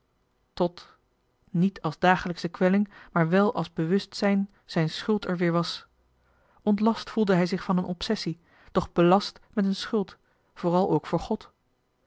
tot niet als dagelijksche kwelling maar wel als bewustzijn zijn schuld er weer johan de meester de zonde in het deftige dorp was ontlast voelde hij zich van een obsessie doch belast met een schuld vooral ook voor god